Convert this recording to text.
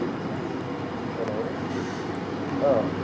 हेल' हेल' औ